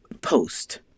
post